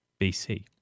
BC